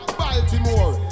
baltimore